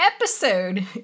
episode